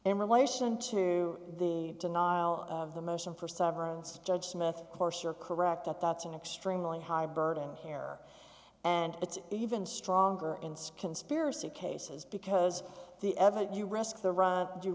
in relation to the denial of the motion for severance judge smith course you're correct that that's an extremely high burden here and it's even stronger and skin spirity cases because the evidence you risk the run you